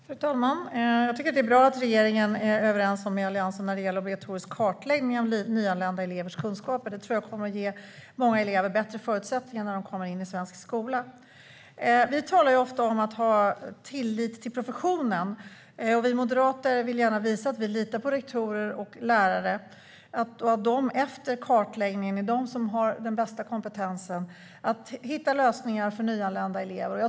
Fru talman! Jag tycker att det är bra att regeringen är överens med Alliansen om en obligatorisk kartläggning av nyanlända elevers kunskaper. Det kommer nog att ge många elever bättre förutsättningar när de börjar i svensk skola. Vi talar ofta om att man ska ha tillit till professionen. Vi moderater vill gärna visa att vi litar på rektorer och lärare. Efter kartläggningen är det de som har den bästa kompetensen att hitta lösningar för nyanlända elever.